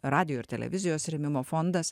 radijo ir televizijos rėmimo fondas